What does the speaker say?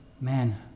Man